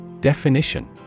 Definition